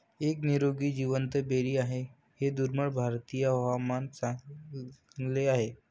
एक निरोगी जिवंत बेरी आहे हे दुर्मिळ भारतीय हवामान चांगले आहे